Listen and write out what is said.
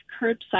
curbside